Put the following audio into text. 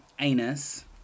anus